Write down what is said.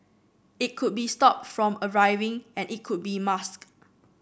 it could be stopped from arriving and it could be masked